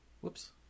whoops